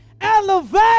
Elevate